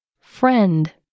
Friend